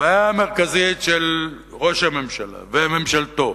הבעיה המרכזית של ראש הממשלה וממשלתו,